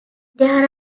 there